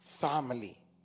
family